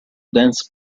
dance